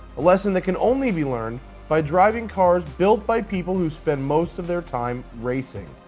a lesson that can only be learned by driving cars built by people who spend most of their time racing.